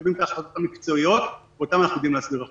מקבלים את ההחלטות המקצועיות ואותן אנחנו יודעים להסביר החוצה.